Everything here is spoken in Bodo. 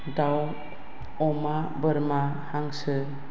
दाउ अमा बोरमा हांसो